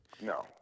No